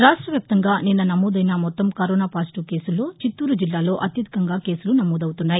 రాష్ట వ్యాప్తంగా నిన్న నమోదైన మొత్తం కరోనా పాజిటీవ్ కేసుల్లో చిత్తూరు జిల్లాలో అత్యధికంగా కేసులు నమోదవుతున్నాయి